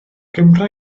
gymra